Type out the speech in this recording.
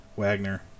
Wagner